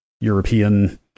European